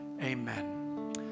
amen